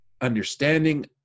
understanding